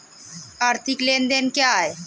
आर्थिक लेनदेन क्या है?